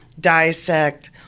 dissect